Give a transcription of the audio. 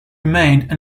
remained